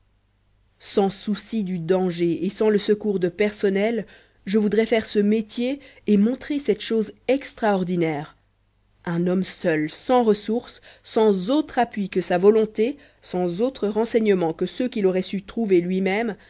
sans souci du danger et sans le secours de personnel je voudrais faire ce métier et montrer cette chose extraordinaire un homme seul sans ressource sans autre appui que sa volonté sans autres renseignements que ceux qu'il aurait su trouver lui-même